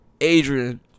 Adrian